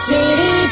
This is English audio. City